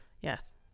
yes